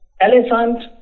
Elephant